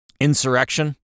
Insurrection